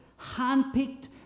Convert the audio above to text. handpicked